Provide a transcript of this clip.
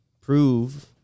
prove